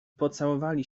pocałowali